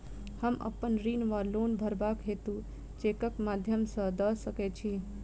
हम अप्पन ऋण वा लोन भरबाक हेतु चेकक माध्यम सँ दऽ सकै छी?